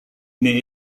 ini